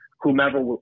whomever